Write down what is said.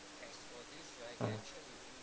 mmhmm